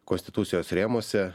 konstitucijos rėmuose